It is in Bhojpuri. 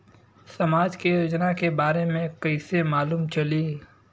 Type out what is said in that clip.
समाज के योजना के बारे में कैसे मालूम चली?